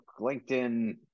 LinkedIn